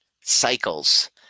cycles